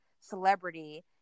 celebrity